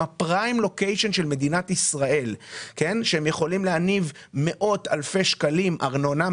בפריים לוקיישן של מדינת ישראל ויכולים להניב מאות אלפי שקלים ארנונה,